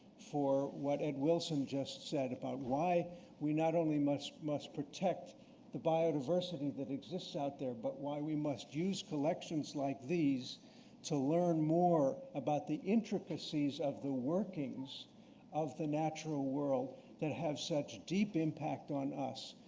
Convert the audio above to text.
for what ed wilson just said about why we not only must must protect the biodiversity that exists out there, but why we must use collections like these to learn more about the intricacies of the workings of the natural world that have such deep impact on us.